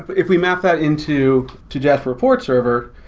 but if we map that into to jasperreport server,